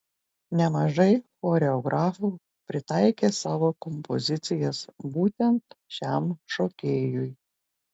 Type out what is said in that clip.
nemažai choreografų pritaikė savo kompozicijas būtent šiam šokėjui